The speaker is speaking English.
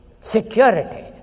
security